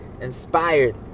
inspired